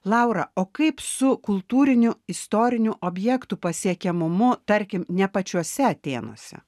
laura o kaip su kultūrinių istorinių objektų pasiekiamumu tarkim ne pačiuose atėnuose